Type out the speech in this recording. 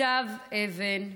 ניצבת אבן,